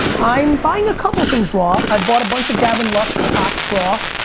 i'm buying a couple things raw. i bought a bunch of gavin lux topps raw.